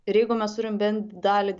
ir jeigu mes turim bent dalį